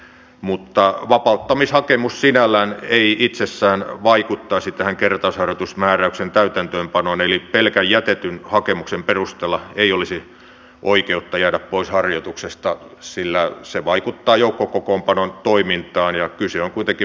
mutta vapauttamishakemus sinällään ei itsessään vaikuttaisi tähän kertausharjoitusmääräyksen täytäntöönpanoon eli pelkän jätetyn hakemuksen perusteella ei olisi oikeutta jäädä pois harjoituksesta sillä se vaikuttaa joukkokokoonpanon toimintaan ja kyse on kuitenkin maanpuolustuksesta